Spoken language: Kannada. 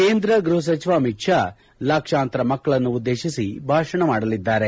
ಕೇಂದ್ರ ಗ್ರಹ ಸಚಿವ ಅಮಿತ್ ಶಾ ಲಕ್ಷಾಂತರ ಮಕ್ಕಳನ್ನು ಉದ್ದೇಶಿಸಿ ಭಾಷಣ ಮಾಡಲಿದ್ದಾರೆ